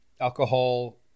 Alcohol